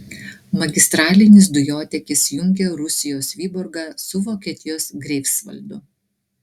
magistralinis dujotiekis jungia rusijos vyborgą su vokietijos greifsvaldu